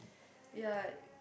ya